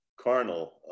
carnal